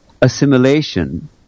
assimilation